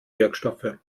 wirkstoffe